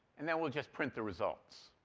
and then we'll just print the results.